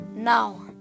Now